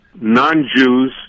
Non-Jews